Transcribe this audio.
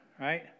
right